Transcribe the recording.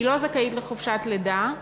לא זכאית לחופשת לידה,